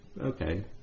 okay